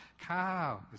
cow